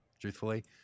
truthfully